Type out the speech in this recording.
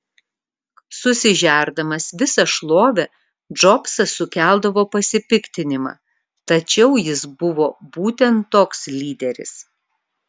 susižerdamas visą šlovę džobsas sukeldavo pasipiktinimą tačiau jis buvo būtent toks lyderis